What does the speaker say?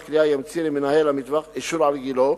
קליעה ימציא למנהל המטווח אישור על גילו,